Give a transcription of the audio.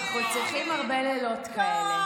אנחנו צריכים הרבה לילות כאלה.